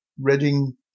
Reading